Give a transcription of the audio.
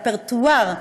והרפרטואר,